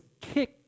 kick